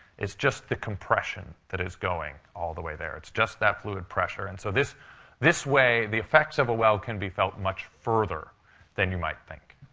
it's just the compression that is going all the way there. it's just that fluid pressure. and so this this way, the effects of a well can be felt much further than you might think.